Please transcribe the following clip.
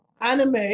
anime